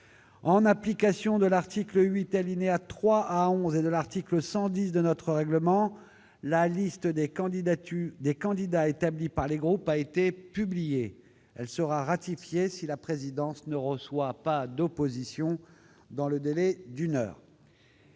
En application de l'article 8, alinéas 3 à 11, et de l'article 110 de notre règlement, la liste des candidats établie par les groupes a été publiée. Elle sera ratifiée si la présidence ne reçoit pas d'opposition dans le délai d'une heure.